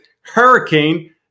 Hurricane